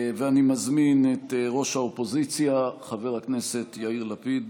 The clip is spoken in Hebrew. ואני מזמין את ראש האופוזיציה חבר הכנסת יאיר לפיד,